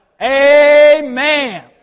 Amen